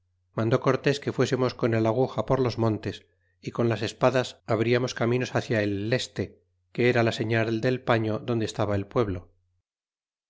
mandó cortés que fuesemos con el aguja por los montes y con las espadas abriamos caminos hcia el leste que era la señal del paño donde j estaba el pueblo